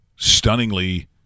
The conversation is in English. stunningly